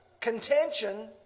contention